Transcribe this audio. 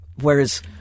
Whereas